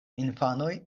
infanoj